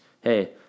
hey